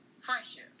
Friendship